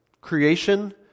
Creation